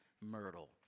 myrtle